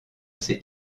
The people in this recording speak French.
ces